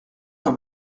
dans